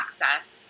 access